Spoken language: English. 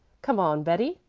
come on, betty,